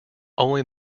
only